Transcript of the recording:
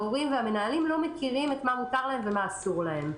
המורים והמנהלים אינם מכירים את מה שמותר להם ואסור להם.